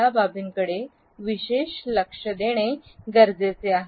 या बाबींकडे विशेष लक्ष देणे गरजेचे आहे